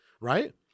right